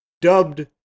dubbed